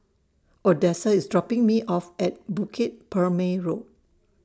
Odessa IS dropping Me off At Bukit Purmei Road